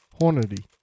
Hornady